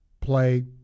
play